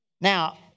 Now